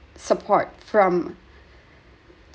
support from